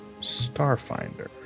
Starfinder